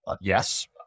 Yes